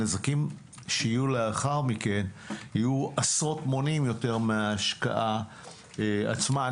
הנזקים שיהיו לאחר מכן יהיו עשרות מונים יותר מההשקעה עצמה.